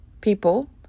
people